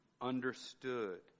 understood